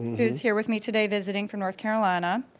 who's here with me today visiting from north carolina.